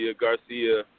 Garcia